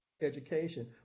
education